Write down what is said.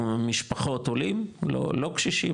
משפחות עולים, לא קשישים.